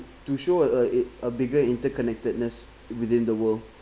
to show a a a bigger interconnectedness within the world